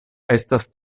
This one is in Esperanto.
estas